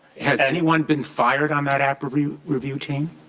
has anyone been fired on that app review review team?